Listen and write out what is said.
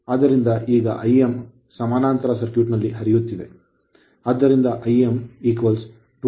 ಆದ್ದರಿಂದ ಈಗ Im ಸಮಾನಾಂತರ ಸರ್ಕ್ಯೂಟ್ನಲ್ಲಿ ಹರಿಯುತ್ತಿದೆ ಆದ್ದರಿಂದ Im 20032